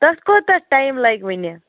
تَتھ کوتاہ ٹایِم لَگہِ وُنہِ